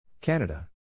Canada